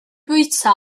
bwyta